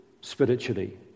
spiritually